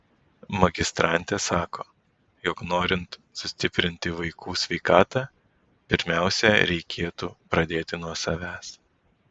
magistrantė sako jog norint sustiprinti vaikų sveikatą pirmiausia reikėtų pradėti nuo savęs